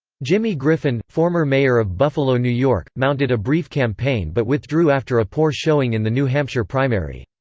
jimmy griffin, former mayor of buffalo, new york, mounted a brief campaign but withdrew after a poor showing in the new hampshire primary.